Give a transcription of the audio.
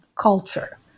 culture